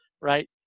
right